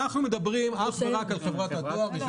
אנחנו מדברים אך ורק על חברת הדואר.